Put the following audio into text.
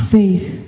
faith